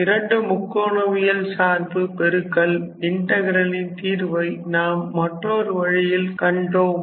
இரண்டு முக்கோணவியல் சார்பு பெருக்கல் இன்டகிரலின் தீர்வை நாம் மற்றொரு வழியில் கண்டோம்